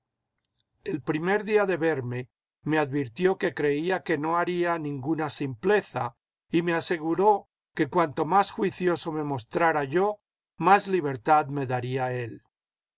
el primer día de verme me advirtió que creía que no haría ninguna simpleza y me aseguró que cuanto más juicioso me mostrara yo más libertad me daría él